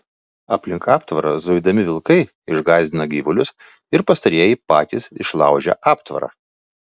aplink aptvarą zuidami vilkai išgąsdina gyvulius ir pastarieji patys išlaužia aptvarą